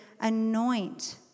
anoint